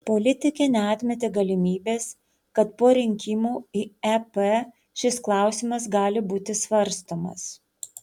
politikė neatmetė galimybės kad po rinkimų į ep šis klausimas gali būti svarstomas